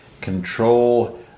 control